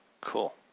Cool